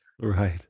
Right